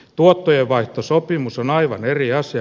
tuottojen vaihtosopimus on aivan eri asia